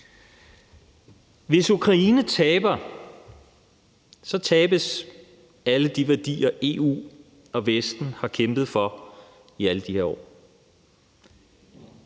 Hvis Ukraine taber, tabes alle de værdier, EU og Vesten har kæmpet for i alle de her år.